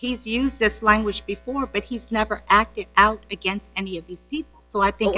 he's used this language before but he's never acted out against any of these people so i think